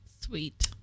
Sweet